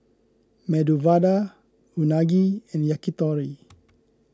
Medu Vada Unagi and Yakitori